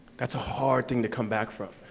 that's a hard thing to come back from.